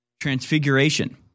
transfiguration